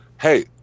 Hey